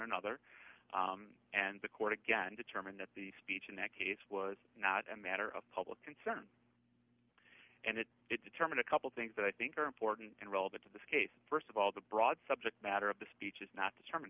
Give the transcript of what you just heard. another and the court again determined that the speech in that case was not a matter of public concern and it determined a couple things that i think are important and relevant to this case st of all the broad subject matter of the speech is not determin